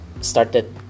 started